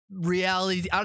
Reality